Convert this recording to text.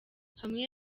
hamwe